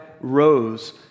rose